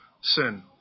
sin